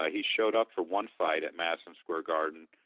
ah he showed up for one fight at madison square garden,